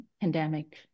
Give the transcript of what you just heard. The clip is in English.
pandemic